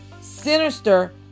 sinister